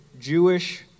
Jewish